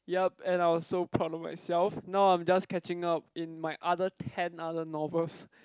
yup and I was so proud of myself now I'm just catching up in my other ten other novels